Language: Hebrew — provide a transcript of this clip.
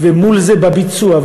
ומול זה בביצוע,